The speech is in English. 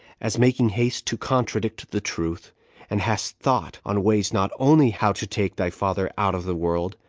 as making haste to contradict the truth and hast thought on ways not only how to take thy father out of the world,